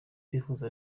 twifuza